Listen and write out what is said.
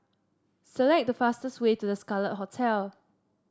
select the fastest way to The Scarlet Hotel